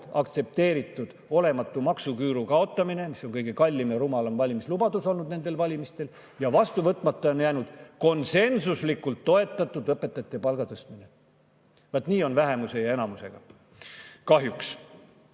[lubatud] olematu maksuküüru kaotamine, mis oli kõige kallim ja rumalam valimislubadus nendel valimistel, ja vastu võtmata on jäänud konsensuslikult toetatud õpetajate palga tõstmine. Vaat nii on vähemuse ja enamusega, kahjuks.